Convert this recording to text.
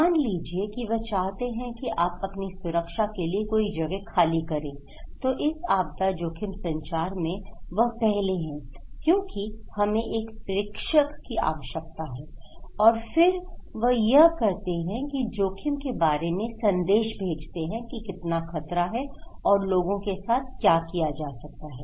मान लीजिए कि वह चाहते हैं कि आप अपनी सुरक्षा के लिए कोई जगह खाली करें तो इस आपदा जोखिम संचार में वह पहले हैं क्योंकि हमें एक प्रेषक की आवश्यकता है और फिर वह यह करते हैं कि जोखिम के बारे में संदेश भेजते हैं कि कितना खतरा है और लोगों के साथ क्या किया जा सकता है